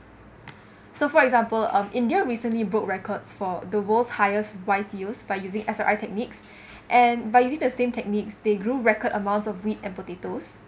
so for example um india recently broke records for the world's highest rice yield by using S_R_I techniques and by using the same techniques they grew record amounts of wheat and potatoes